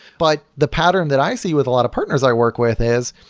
but the pattern that i see with a lot of partners i work with is,